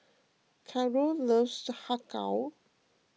Caron loves Har Kow